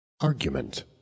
Argument